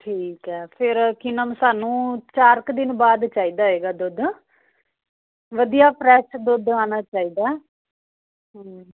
ਠੀਕ ਐ ਫੇਰ ਕੀ ਨਾਮ ਸਾਨੂੰ ਚਾਰ ਕ ਦਿਨ ਬਾਅਦ ਚਾਈਦਾ ਹੋਏਗਾ ਦੁੱਧ ਵਧੀਆ ਫਰੈਸ਼ ਦੁੱਧ ਆਣਾ ਚਾਈਦਾ ਹੂੰ